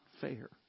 fair